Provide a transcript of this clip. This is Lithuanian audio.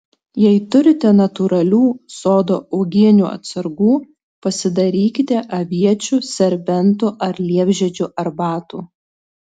jei turite natūralių sodo uogienių atsargų pasidarykite aviečių serbentų ar liepžiedžių arbatų